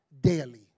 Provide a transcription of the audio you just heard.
daily